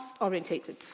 orientated